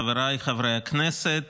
מאת חברי הכנסת